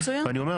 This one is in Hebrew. אני אומר,